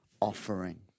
offering